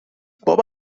بابا